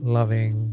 Loving